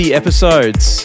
episodes